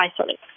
isolate